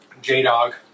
J-Dog